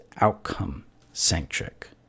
outcome-centric